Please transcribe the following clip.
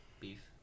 Beef